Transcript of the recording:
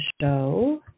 show